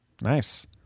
nice